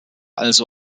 also